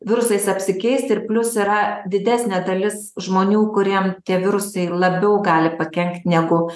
virusais apsikeist ir plius yra didesnė dalis žmonių kuriem tie virusai labiau gali pakenkti negu